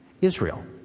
Israel